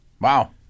Wow